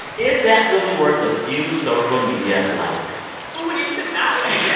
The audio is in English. is that really worth a few social media likes? well, when you put it that way.